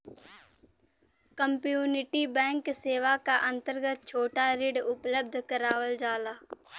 community bank सेवा क अंतर्गत छोटा ऋण उपलब्ध करावल जाला